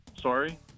Sorry